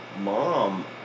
mom